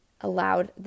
allowed